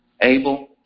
able